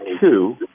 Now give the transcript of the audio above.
two